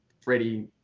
Freddie